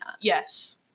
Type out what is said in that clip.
yes